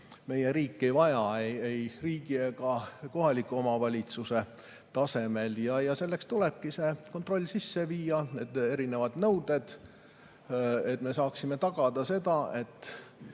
meie riik ei vaja ei riigi ega kohaliku omavalitsuse tasemel. Selleks tulebki see kontroll sisse viia, [kehtestada] erinevad nõuded, et me saaksime tagada selle,